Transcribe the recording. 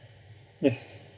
yes